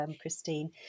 Christine